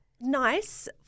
nice